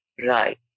right